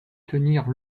tenir